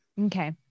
Okay